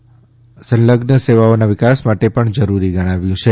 અને સંલઝન સેવાઓના વિકાસ માટે જરૂરી ગણાવ્યું છે